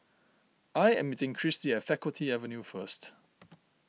I am meeting Kristi at Faculty Avenue first